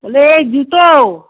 জুতো